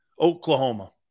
Oklahoma